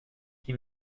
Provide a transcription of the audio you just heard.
qui